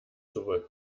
sowohl